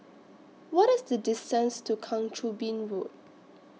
What IS The distance to Kang Choo Bin Road